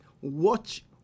watch